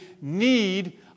need